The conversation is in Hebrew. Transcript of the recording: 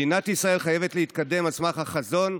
מדינת ישראל חייבת להתקדם על סמך החזון,